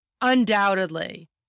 undoubtedly